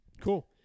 Cool